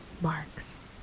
marks